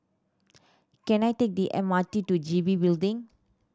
can I take the M R T to G B Building